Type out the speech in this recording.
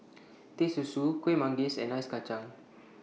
Teh Susu Kuih Manggis and Ice Kachang